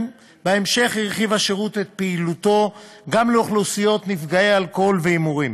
הרחיב השירות את פעילותו גם לאוכלוסיות נפגעי אלכוהול והימורים,